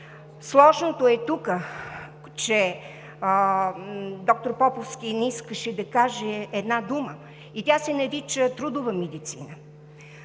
Сложното тук е, че доктор Поповски не искаше да каже една дума и тя се нарича „трудова медицина“.